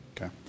Okay